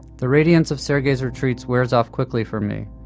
the radiance of sergey's retreats wears off quickly for me.